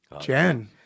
Jen